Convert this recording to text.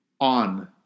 on